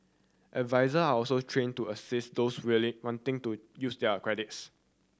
adviser are also trained to assist those really wanting to use their credits